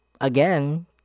again